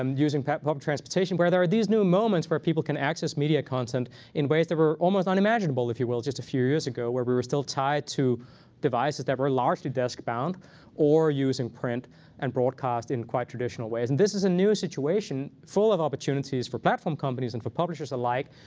um using public transportation where there are these new moments where people can access media content in ways that were almost unimaginable, if you will, just a few years ago, where we were still tied to devices that were largely desk-bound or using print and broadcast in quite traditional ways. and this is a new situation full of opportunities for platform companies and for publishers alike.